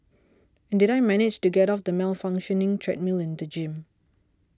and did I manage to get off the malfunctioning treadmill in the gym